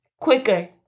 quicker